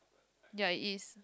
ya it is